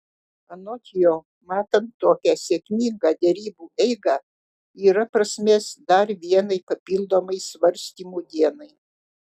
anot jo matant tokią sėkmingą derybų eigą yra prasmės dar vienai papildomai svarstymų dienai